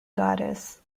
goddess